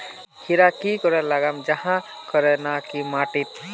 खीरा की करे लगाम जाहाँ करे ना की माटी त?